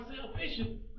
salvation